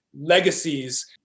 legacies